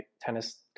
tennis